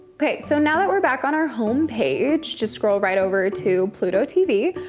so now that we're back on our home page, just scroll right over to pluto tv,